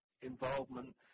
involvement